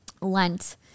lent